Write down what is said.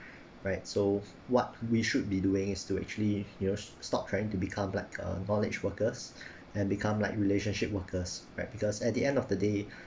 right so what we should be doing is to actually you know stop trying to become like a knowledge workers and become like relationship workers right because at the end of the day